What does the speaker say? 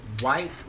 white